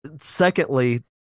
Secondly